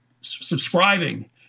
subscribing